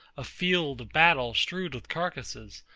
a field of battle strewed with carcasses,